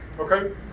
okay